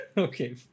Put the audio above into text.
Okay